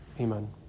Amen